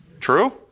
True